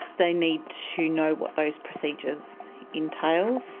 they need to know what those procedures entail.